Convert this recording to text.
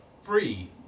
free